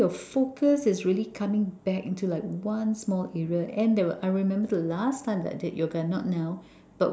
so your focus is really coming back into like one small area and there were I remember the last time I did yoga not now